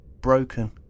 broken